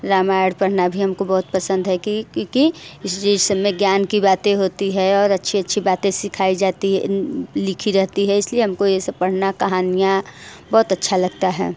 रामायण पढ़ना भी हमको बहुत पसंद है कि क्योंकि इस चीज़ सब में ज्ञान की बातें होती है और अच्छी अच्छी बातें सिखाई जाती है लिखी जाती है इसलिए हमको यह सब पढ़ना कहानियाँ बहुत अच्छा लगता हैं